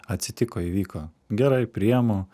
atsitiko įvyko gerai priimu